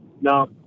no